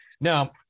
Now